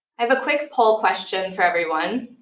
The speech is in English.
have a quick poll question for everyone.